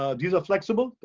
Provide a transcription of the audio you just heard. ah these are flexible,